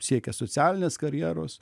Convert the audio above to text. siekia socialinės karjeros